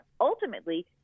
ultimately